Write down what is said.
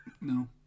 No